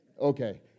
Okay